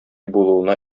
булуына